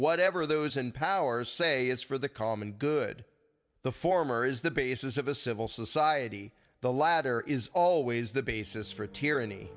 whatever those in power say is for the common good the former is the basis of a civil society the latter is always the basis for tyranny